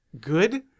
good